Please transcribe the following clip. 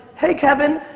hey kevin.